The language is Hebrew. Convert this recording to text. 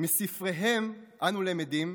מספריהם אנו למדים,